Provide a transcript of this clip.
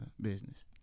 business